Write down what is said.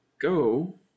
go